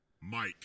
Mike